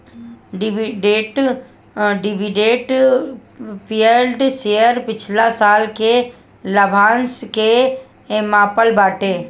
dividend yield share पिछला साल के लाभांश के मापत बाटे